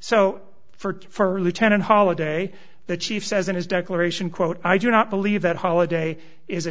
so for lieutenant holiday the chief says in his declaration quote i do not believe that holiday is a